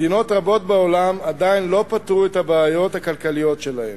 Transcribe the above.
מדינות רבות בעולם עדיין לא פתרו את הבעיות הכלכליות שלהן,